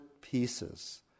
pieces